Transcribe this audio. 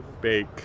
bake